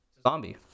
Zombie